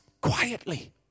quietly